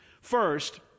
First